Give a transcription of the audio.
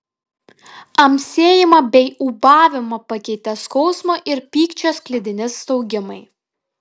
amsėjimą bei ūbavimą pakeitė skausmo ir pykčio sklidini staugimai